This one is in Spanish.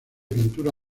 pintura